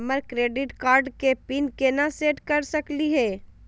हमर credit card के PIN केना सेट कर सकली हे?